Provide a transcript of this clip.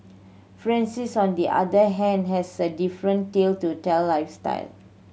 Francis on the other hand has a different tale to tell lifestyle